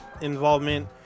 involvement